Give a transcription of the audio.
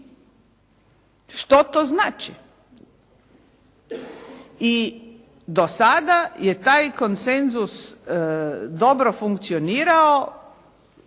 što to znači? I do sada je taj konsenzus dobro funkcionirao